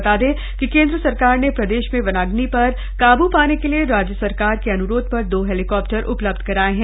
बता दें कि केंद्र सरकार ने प्रदेश में वनाग्नि पर काबू पाने के लिए राज्य सरकार के अनुरोध पर दो हॉलीकाप्टर उपलब्ध कराए हैं